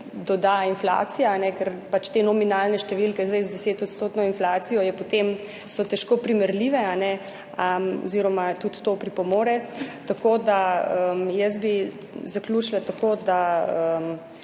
doda inflacija, ker pač te nominalne številke, zdaj z 10 % inflacijo je, potem so težko primerljive, a ne oziroma tudi to pripomore, tako da jaz bi zaključila tako, da